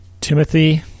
Timothy